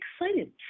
excited